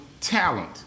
talent